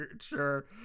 sure